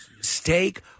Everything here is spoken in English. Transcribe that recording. steak